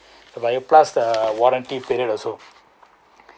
but it plus the warranty period also